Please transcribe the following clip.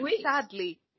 sadly